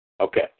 Okay